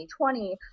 2020